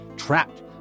trapped